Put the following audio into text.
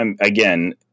again